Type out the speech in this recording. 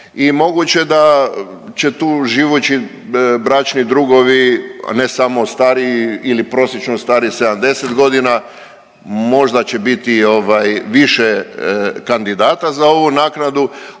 moguće da će tu živući bračni drugovi, ne samo stariji ili prosječno stari 70.g., možda će biti ovaj više kandidata za ovu naknadu,